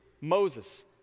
Moses